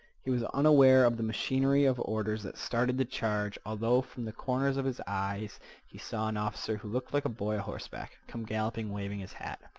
he was unaware of the machinery of orders that started the charge, although from the corners of his eyes he saw an officer, who looked like a boy a-horseback, come galloping, waving his hat.